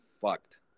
fucked